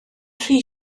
rhy